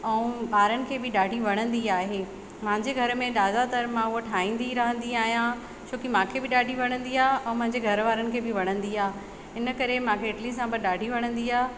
ऐं ॿारनि खे बि ॾाढी वणंदी आहे मुंहिंजे घर में ज्यादातर मां उहो ठाहींदी रहंदी आहियां छोकी मूंखे बि ॾाढी वणंदी आहे ऐं मुंहिंजे घर वारनि खे बि वणंदी आहे हिन करे मूंखे इडली सांभर ॾाढी वणंदी आहे